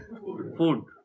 Food